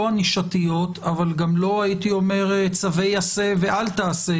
לא ענישתיות אבל גם לא הייתי אומר צווי עשה ואל תעשה,